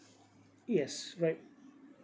yes right